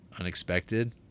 unexpected